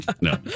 No